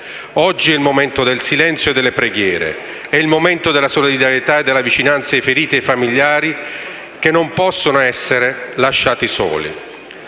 Oggi è il momento del silenzio e delle preghiere, della solidarietà e della vicinanza ai feriti e ai familiari, che non possono essere lasciati soli.